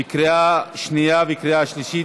בקריאה שנייה ובקריאה שלישית.